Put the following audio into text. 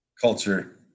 culture